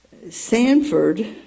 Sanford